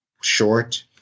short